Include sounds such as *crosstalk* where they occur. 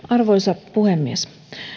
*unintelligible* arvoisa puhemies